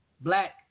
black